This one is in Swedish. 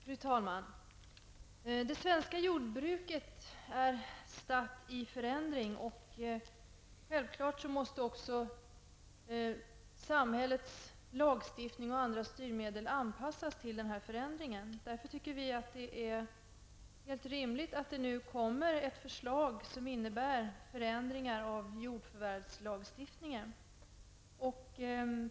Fru talman! Det svenska jordbruket är statt i förändring, och självklart måste samhällets lagstiftning och andra styrmedel anpassas till denna förändring. Därför tycker vi att det är rimligt att det framläggs ett förslag till förändringar i jordförvärvslagstiftningen.